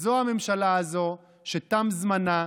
אז זו הממשלה הזו שתם זמנה.